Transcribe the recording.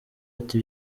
ati